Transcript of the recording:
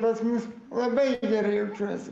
pas mus labai gerai jaučiuosi